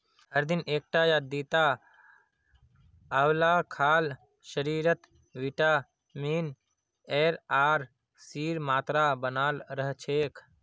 हर दिन एकटा या दिता आंवला खाल शरीरत विटामिन एर आर सीर मात्रा बनाल रह छेक